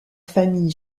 famille